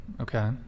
Okay